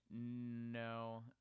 No